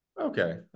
Okay